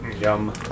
yum